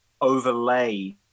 overlay